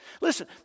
Listen